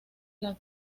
las